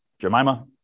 Jemima